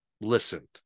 listened